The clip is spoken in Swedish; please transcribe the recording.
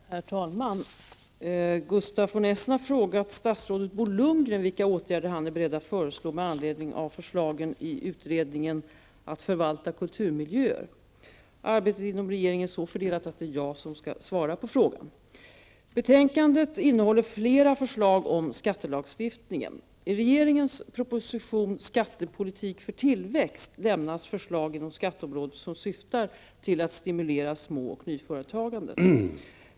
Herr talman! Gustaf von Essen har frågat statsrådet Bo Lundgren vilka åtgärder han är beredd att föreslå med anledning av förslagen i utredningen Att förvalta kulturmiljöer. Arbetet inom regeringen är så fördelat att det är jag som skall svara på frågan. Betänkandet innehåller flera förslag inom skattelagstiftningen. I regeringens proposition Skattepolitik för tillväxt lämnas förslag inom skatteområdet som syftar till att stimulera små och nyföretagandet.